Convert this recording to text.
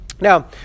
Now